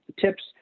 tips